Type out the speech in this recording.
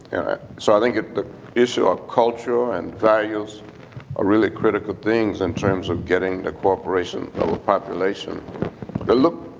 and so i think if the issue of culture and values are really critical things in terms of getting the cooperation of a population. they look,